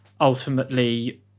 ultimately